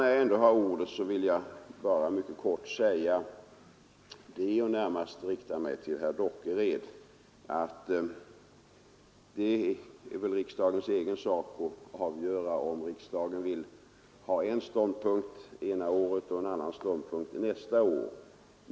När jag ändå har ordet vill jag mycket kortfattat — och därvid närmast rikta mig till herr Dockered — säga att det är riksdagens egen sak att avgöra, om riksdagen vill inta en ståndpunkt ett år och en annan ståndpunkt ett annat år.